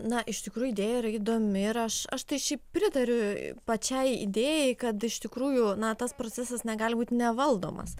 na iš tikrųjų idėja yra įdomi ir aš aš tai pritariu pačiai idėjai kad iš tikrųjų na tas procesas negali būt nevaldomas